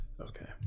okay